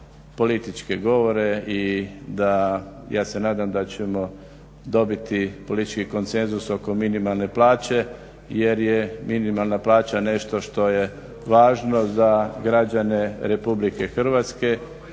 političke govore i da, ja se nadam da ćemo dobiti politički konsenzus oko minimalne plaće jer je minimalna plaća nešto što je važno za građane RH i za radnike.